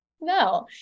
No